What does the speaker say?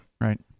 Right